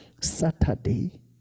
Saturday